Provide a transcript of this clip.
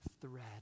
thread